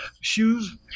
shoes